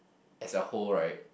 as a whole right